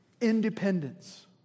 Independence